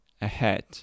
ahead